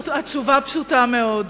התשובה פשוטה מאוד: